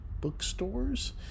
bookstores